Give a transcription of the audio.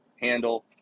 handle